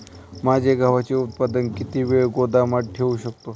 माझे गव्हाचे उत्पादन किती वेळ गोदामात ठेवू शकतो?